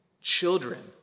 children